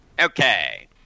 Okay